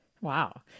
Wow